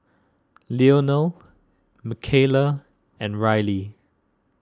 Leonel Micayla and Riley